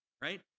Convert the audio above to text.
right